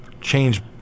change